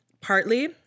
partly